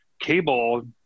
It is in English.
cable